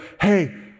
hey